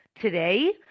today